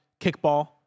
kickball